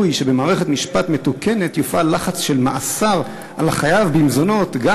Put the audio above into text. משפט האומר שבמערכת מתוקנת יופעל לחץ של מאסר על החייב במזונות גם,